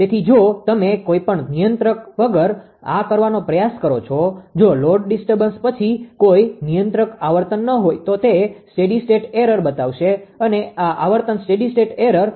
તેથી જો તમે કોઈ પણ નિયંત્રક વગર આ કરવાનો પ્રયાસ કરો છો જો લોડ ડિસ્ટર્બન્સ પછી કોઈ નિયંત્રક આવર્તન ન હોય તો તે સ્ટેડી સ્ટેટ એરર બતાવશે અને આ આવર્તન સ્ટેડી સ્ટેટ એરર